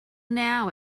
now